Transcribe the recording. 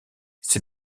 ces